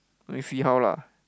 no need see how lah